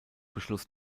beschluss